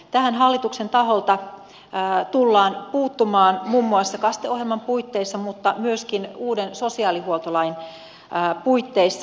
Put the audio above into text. tähän hallituksen taholta tullaan puuttumaan muun muassa kaste ohjelman puitteissa mutta myöskin uuden sosiaalihuoltolain puitteissa